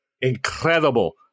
incredible